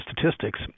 statistics